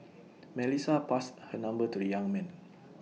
Melissa passed her number to the young man